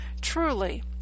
Truly